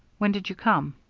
when did you come?